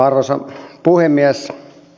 arvoisa puhemies